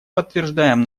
подтверждаем